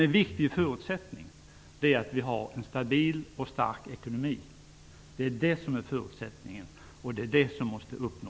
En viktig förutsättning är att vi har en stabil och stark ekonomi. Det måste vi uppnå.